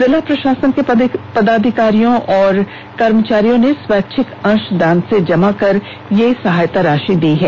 जिला प्रशासन के पदाधिकारियों और कर्मचारियों ने स्वैच्छिक अंशदान से जमा कर यह सहायता राशि दी है